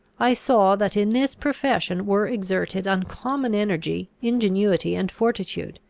i saw that in this profession were exerted uncommon energy, ingenuity, and fortitude,